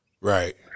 Right